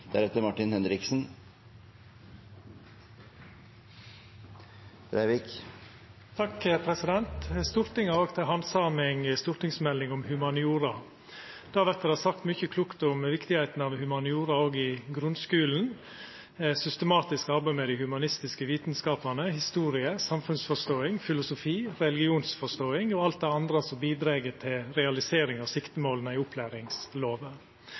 Stortinget har til handsaming stortingsmelding om humaniora. Der vert det sagt mykje klokt om viktigheita av humaniora òg i grunnskulen, systematisk arbeid med dei humanistiske vitskapane, historie, samfunnsforståing, filosofi, religionsforståing og alt det andre som bidreg til realisering av